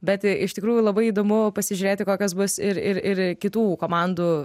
bet iš tikrųjų labai įdomu pasižiūrėti kokios bus ir ir ir kitų komandų